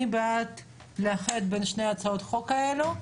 מי בעד לאחד בין שתי הצעות החוק הללו?